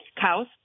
cows